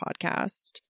podcast